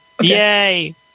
Yay